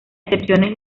excepciones